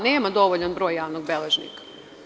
Nema dovoljan broj javnih beležnika.